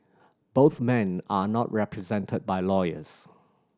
both men are not represented by lawyers